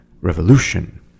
revolution